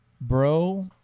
Bro